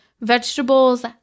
vegetables